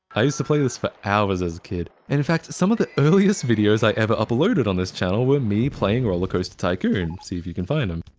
i used to play this for hours as a kid, and in fact some of the earliest videos i ever uploaded on this channel were me playing rollercoaster tycoon see if you can find them.